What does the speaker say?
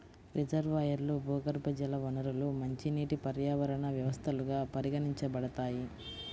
రిజర్వాయర్లు, భూగర్భజల వనరులు మంచినీటి పర్యావరణ వ్యవస్థలుగా పరిగణించబడతాయి